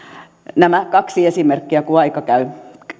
nämä kaksi esimerkkiä kun aika käy